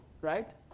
Right